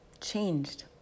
changed